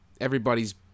everybody's